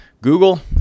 Google